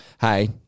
Hey